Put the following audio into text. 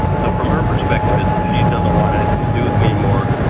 so from her perspective, it's she doesn't want anything to do with me anymore.